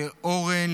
לאורן,